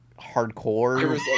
hardcore